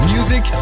Music